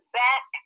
back